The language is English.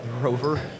Rover